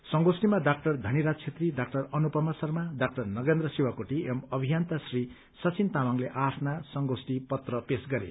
संगोष्ठीमा डा थनीराज छेत्री डा अनुपमा शर्मा डा नगेन्द्र शिवाकोटी एवं अभियन्त श्री सचिन तामाङले आ आफ्ना संगोष्ठी पत्र पेश गरे